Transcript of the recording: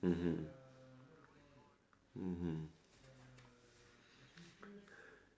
mmhmm mmhmm